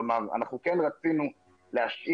כלומר אנחנו כן רצינו להשאיר,